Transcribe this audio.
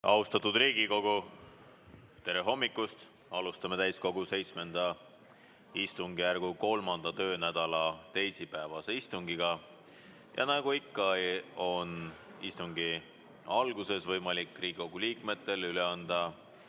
Austatud Riigikogu, tere hommikust! Alustame täiskogu VII istungjärgu 3. töönädala teisipäevast istungit. Ja nagu ikka on istungi alguses võimalik Riigikogu liikmetel üle anda